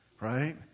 right